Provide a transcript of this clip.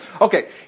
Okay